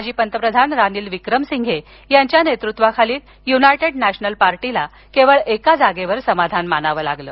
माजी पंतप्रधान रानिल विक्रमसिंघे यांच्या नेतृत्वाखालील युनायटेड नॅशनल पार्टीला केवळ एका जागेवर समाधान मानावे लागले